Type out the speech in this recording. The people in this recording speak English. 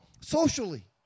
socially